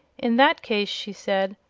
in that case, she said,